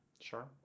Sure